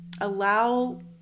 allow